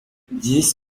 this